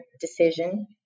decision